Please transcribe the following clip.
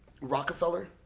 Rockefeller